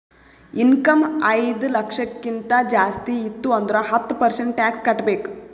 income ಐಯ್ದ ಲಕ್ಷಕ್ಕಿಂತ ಜಾಸ್ತಿ ಇತ್ತು ಅಂದುರ್ ಹತ್ತ ಪರ್ಸೆಂಟ್ ಟ್ಯಾಕ್ಸ್ ಕಟ್ಟಬೇಕ್